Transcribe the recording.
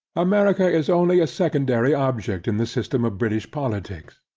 america is only a secondary object in the system of british politics,